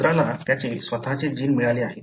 उंदराला त्याचे स्वतःचे जीन मिळाले आहे